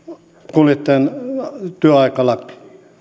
kuljettajan työaikalaki siitä